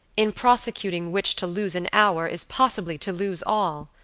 in prosecuting which to lose an hour is possibly to lose all.